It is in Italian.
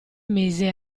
mise